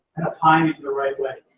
applying it the right way.